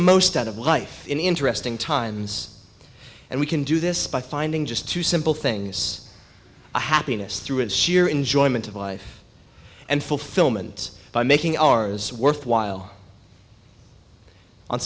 most out of life in interesting times and we can do this by finding just two simple things a happiness through and sheer enjoyment of life and fulfillment by making ours worthwhile on